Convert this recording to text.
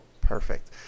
Perfect